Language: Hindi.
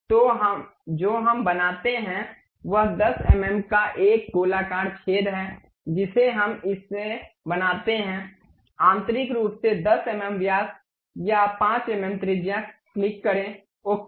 तो जो हम बनाते हैं वह 10 एमएम का एक गोलाकार छेद है जिसे हम इसे बनाते हैं आंतरिक रूप से 10 एमएम व्यास या 5 एमएम त्रिज्या क्लिक करें ओके